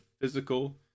physical